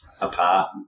apart